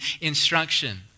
instruction